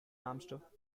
hamster